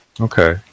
Okay